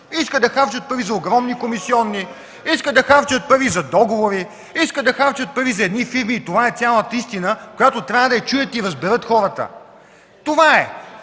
искат да харчат пари за огромни комисиони, искат да харчат пари за договори, искат да харчат пари за едни фирми и това е цялата истина, която трябва да я чуят и разберат хората. Това е!